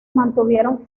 mantuvieron